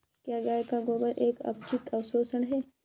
क्या गाय का गोबर एक अपचित अवशेष है?